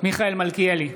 מיכאל מלכיאלי,